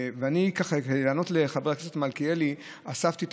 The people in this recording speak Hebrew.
כדי לענות לחבר הכנסת מלכיאלי אספתי את